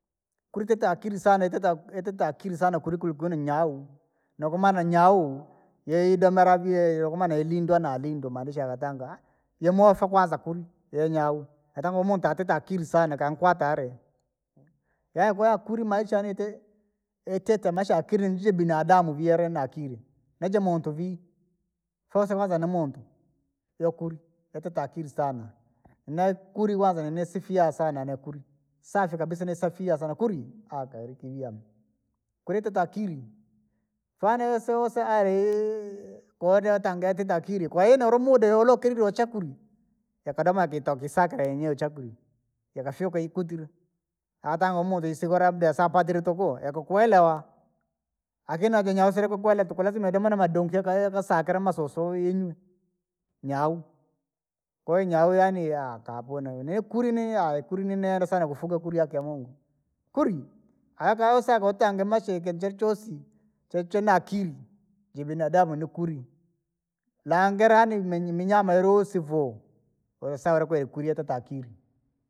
Kuri yatitee akiri sana kulikoni inyau, nookoma na nyau, yoyo yiidomira vii yokoma na yalindwa naalindwa maanisha yakatanga, temoofa kwanza kuri, yenyau yeta umuntu atitee akiri saana kuunkwata ari. yaani kwanza kuri maisha yeti yatite akiri ni jaa binadamu viare na akiri, nija muntu vii, fosa kwanza nimuuntu, yokuri yatitee akiri saana, na ikuri kwanza naisifiya saana ni kuri, safi kabisa niisifiya sana kuri akali kiviana. Kuri yatitee akiri, fana isoyo alii! Koodeta ngatite akiri kwahiyo niura muda yolokenire wachakurya, yakadomaka kito kiisekira inyee chakurya, yakafyuka ikutire, yakatanga uhu muntu isiko labda siapatire tukuu yakakuelewa. Lakini maajaanyau siinikukuelewa tukuu lazima idome na madunkeka iyo ikasahire masusu inywe, nyau, kwahiyo nyau yaani kapune ni kuri niyaee kuri ni- naenda saana kufuga kuri haki ya mungu. Kuri, ayakawosaka utange mashiki jee choosi, chechena akiri, jaa binadamu nikuri, langira yaani minyama ini yoosi vuu, woseya uni kuri yatitee akiri